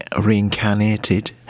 reincarnated